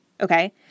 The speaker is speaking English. Okay